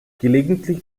gelegentlich